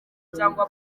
cyangwa